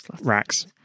racks